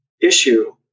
issue